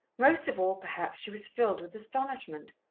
most of all, perhaps, she was filled with astonishment.